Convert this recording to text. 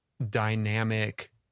dynamic